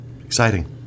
exciting